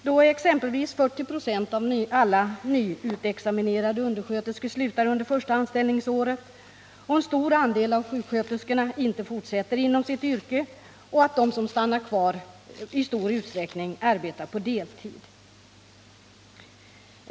Av exempelvis alla nyutexaminerade undersköterskor slutar 40 96 under första anställningsåret, en stor andel av sjuksköterskorna fortsätter inte inom sitt yrke och de som stannar kvar arbetar i stor utsträckning på deltid.